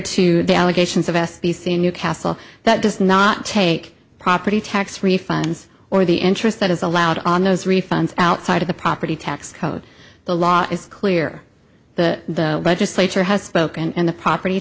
to the allegations of s b c in newcastle that does not take property tax refunds or the interest that is allowed on those refunds outside of the property tax code the law is clear the legislature has spoken in the property